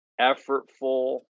effortful